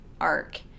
arc